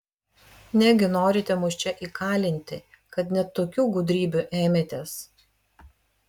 negi norite mus čia įkalinti kad net tokių gudrybių ėmėtės